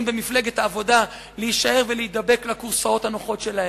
במפלגת העבודה להישאר ולהידבק לכורסאות הנוחות שלהם.